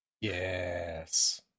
Yes